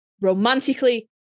romantically